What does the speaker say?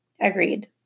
Agreed